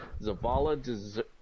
Zavala